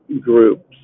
groups